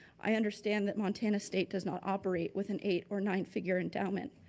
i understand that montana state does not operate within eight or nine figure endowment,